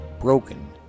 broken